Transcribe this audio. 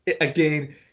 again